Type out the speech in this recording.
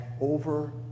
over